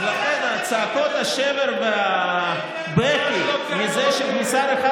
לכן צעקות השבר והבכי מזה שמשר אחד